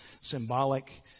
symbolic